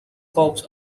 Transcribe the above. corps